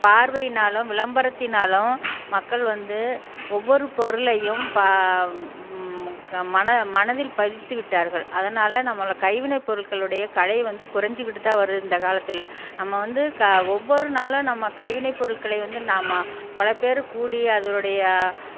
பார்வையினாலும் விளம்பரத்தினாலும் மக்கள் வந்து ஒவ்வொரு பொருளையும் பா கம் மன மனதில் பதித்து விட்டார்கள் அதனால் நம்மளுக்கு கைவினைப் பொருட்களுடைய கலை வந்து குறைஞ்சுக்கிட்டுதான் வருது இந்தக் காலத்தில் நம்ம வந்து க ஒவ்வொரு நாளும் நம்ம கைவினைப் பொருள்களை வந்து நாம் பல பேர் கூடி அதனுடைய